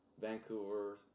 Vancouver